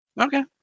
Okay